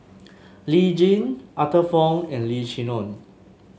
Lee Tjin Arthur Fong and Lim Chee Onn